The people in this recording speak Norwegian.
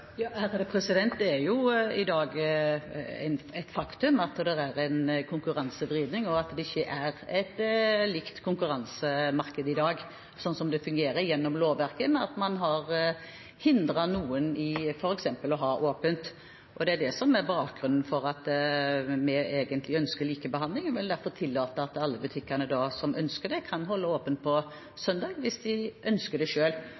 Det er i dag et faktum at det er konkurransevridning, at det ikke er et likt konkurransemarked – slik det fungerer ut fra lovverket – når man hindrer noen i f.eks. å ha åpent. Det er dette som er bakgrunnen for at vi ønsker likebehandling. Vi vil derfor tillate at alle butikker som ønsker det, kan holde åpent på søndager – hvis de altså ønsker det